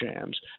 shams